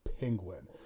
penguin